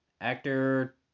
actor